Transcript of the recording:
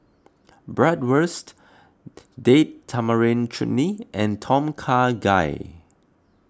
Bratwurst Date Tamarind Chutney and Tom Kha Gai